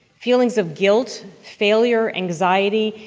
feelings of guilt, failure, anxiety,